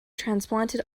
transplanted